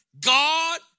God